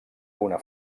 una